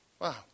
Wow